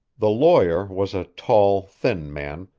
the lawyer was a tall, thin man,